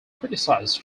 criticized